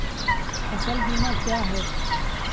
फ़सल बीमा क्या है?